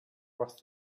worth